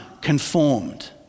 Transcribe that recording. conformed